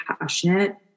passionate